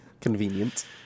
Convenient